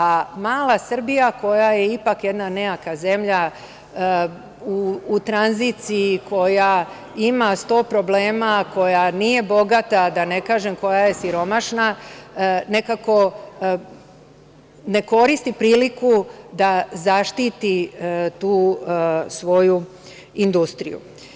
A mala Srbija koja je ipak jedna nejaka zemlja u tranziciji koja ima sto problema, koja nije bogata, da ne kažem koja je siromašna, nekako ne koristi priliku da zaštiti tu svoju industriju.